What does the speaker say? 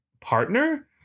partner